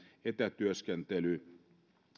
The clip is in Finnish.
etätyöskentely